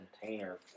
container